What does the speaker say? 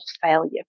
failure